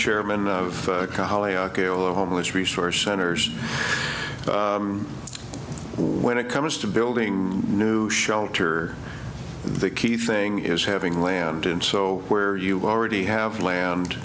chairman of the homeless resource centers when it comes to building new shelter the key thing is having land in so where you already have land